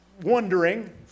wondering